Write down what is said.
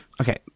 Okay